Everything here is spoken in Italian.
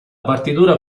partitura